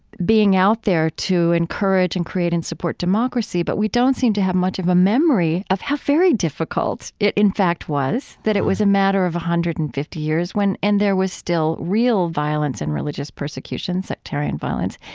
being out there to encourage and create and support democracy, but we don't seem to have much of a memory of how very difficult it in fact was. that it was a matter of one hundred and fifty years, when and there was still real violence and religious persecution, sectarian violence,